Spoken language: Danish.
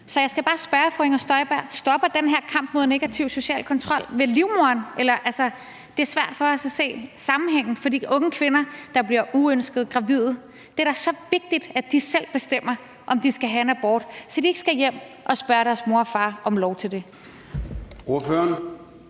Så jeg skal bare spørge fru Inger Støjberg: Stopper den her kamp mod negativ social kontrol ved livmoren? Det er svært for os at se sammenhængen i forhold til de unge kvinder, der bliver uønsket gravide. Det er da så vigtigt, at de selv bestemmer, om de skal have en abort, så de ikke skal hjem og spørge deres mor og far om lov til det.